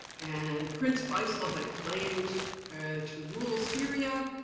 and prince faisal had claimed to rule syria.